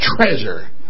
treasure